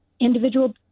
Individual